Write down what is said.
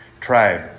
tribe